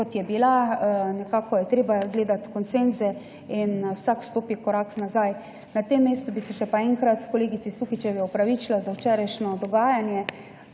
kot je bila, nekako je treba gledati konsenze in vsak stopi korak nazaj. Na tem mestu bi se še enkrat kolegici Sukičevi opravičila za včerajšnje dogajanje.